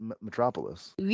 Metropolis